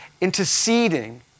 interceding